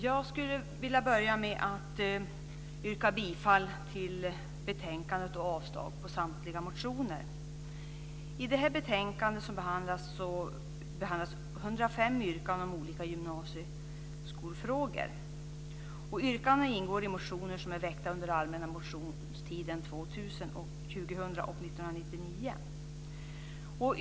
Fru talman! Jag vill börja med att yrka bifall till förslaget i betänkandet och avslag på samtliga motioner. I det här betänkandet behandlas 105 yrkanden om olika gymnasieskolfrågor. Yrkandena ingår i motioner som är väckta under den allmänna motionstiden 2000 och 1999.